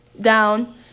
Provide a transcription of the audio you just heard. down